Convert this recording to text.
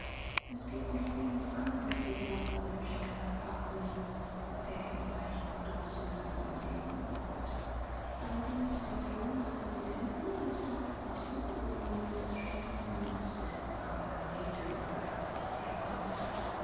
es geht mich wenig an was sie da über sein schicksal fabeln fuhr er in seinen verdrossenen überlegungen fort allerdings der ton des präsidenten läßt auf etwas ungewöhnliches schließen das seltsame gerede über caspars herkunft